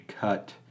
cut